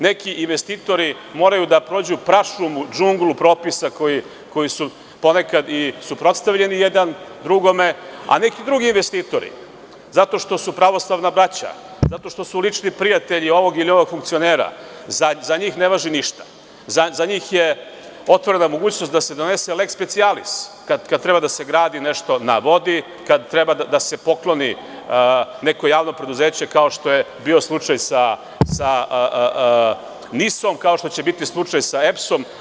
Neki investitori moraju da prođu prašumu, džunglu propisa koji su ponekad i suprotstavljeni jedan drugome, a za neke druge investitore ne važi ništa zato što su pravoslavna braća, zato što su lični prijatelji ovog ili onog funkcionera, za njih je otvorena mogućnost da se donese leks specijalis kad treba da se gradi nešto na vodi, kad treba da se pokloni neko javno preduzeće, kao što je bio slučaj sa NIS, kao što će biti slučaj sa EPS.